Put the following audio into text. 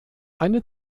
eine